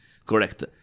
Correct